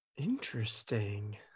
Interesting